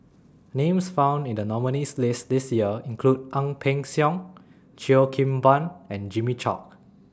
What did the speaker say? Names found in The nominees' list This Year include Ang Peng Siong Cheo Kim Ban and Jimmy Chok